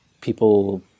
people